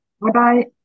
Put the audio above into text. Bye-bye